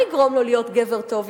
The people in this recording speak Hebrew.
מה יגרום לו להיות גבר טוב יותר?